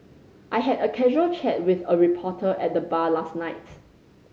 I had a casual chat with a reporter at the bar last night